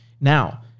now